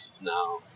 now